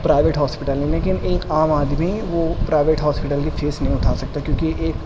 private hospital ہیں لیکن ایک عام آدمی وہ پرائیویٹ ہاسپٹل کی فیس نہیں اٹھا سکتا کیوںکہ ایک